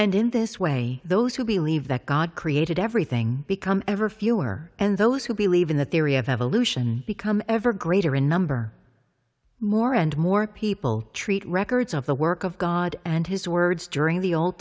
and in this way those who believe that god created everything become ever fewer and those who believe in the theory of evolution become ever greater in number more and more people treat records of the work of god and his words during the old